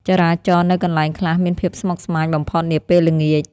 ចរាចរណ៍នៅកន្លែងខ្លះមានភាពស្មុគស្មាញបំផុតនាពេលល្ងាច។